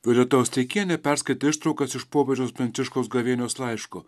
pilitauskienė perskaitė ištraukas iš popiežiaus pranciškaus gavėnios laiško